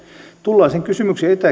tullaan sen kysymyksen